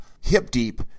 hip-deep